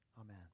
Amen